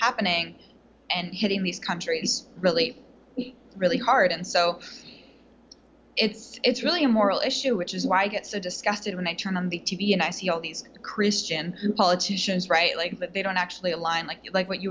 happening and hitting these countries really really hard and so it's it's really a moral issue which is why i get so disgusted when i turn on the t v and i see all these christian politicians right like that they don't actually align like you like what you